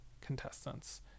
contestants